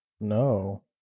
No